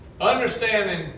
Understanding